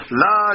la